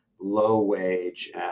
low-wage